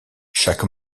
chaque